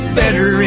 better